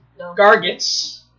Garguts